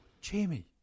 Jamie